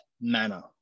manner